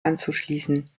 anzuschließen